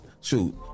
shoot